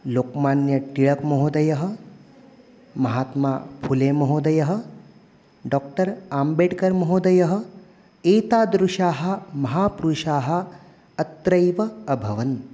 लोकमान्यटिळकमहोदयः महात्मा फुले महोदयः डाक्टर् आम्बेड्कर्महोदयः एतादृशाः महापुरुषाः अत्रैव अभवन्